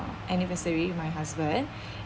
anniversary with my husband